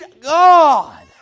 God